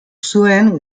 zuen